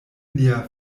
lia